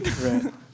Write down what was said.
right